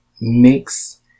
Mix